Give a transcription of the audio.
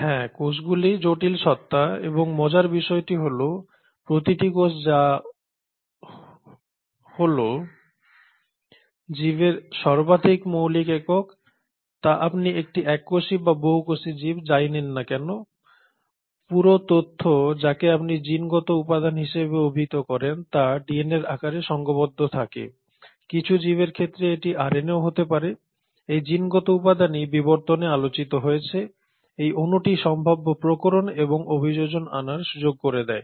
হ্যাঁ কোষগুলি জটিল সত্তা এবং মজার বিষয়টি হল প্রতিটি কোষ যা হল জীবের সর্বাধিক মৌলিক একক তা আপনি একটি এককোষী বা বহুকোষী জীব যাই নেন না কেন পুরো তথ্য যাকে আপনি জিনগত উপাদান হিসাবে অভিহিত করেন তা ডিএনএর আকারে সঙ্ঘবদ্ধ থাকে কিছু জীবের ক্ষেত্রে এটি আরএনএও হতে পারে এই জিনগত উপাদানই বিবর্তনে আলোচিত হয়েছে এই অণুটিই সম্ভাব্য প্রকরণ এবং অভিযোজন আনার সুযোগ করে দেয়